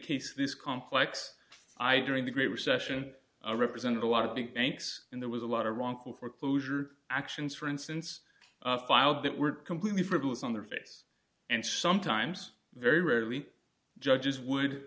case this complex i during the great recession i represented a lot of big banks and there was a lot of wrongful foreclosure actions for instance filed that were completely frivolous on their face and sometimes very rarely judges would